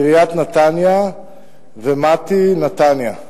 עיריית נתניה ומט"י נתניה,